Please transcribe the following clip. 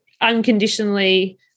unconditionally